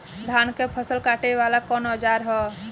धान के फसल कांटे वाला कवन औजार ह?